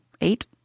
eight